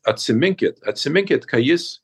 atsiminkit atsiminkit ką jis